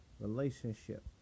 relationship